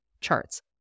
charts